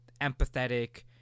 empathetic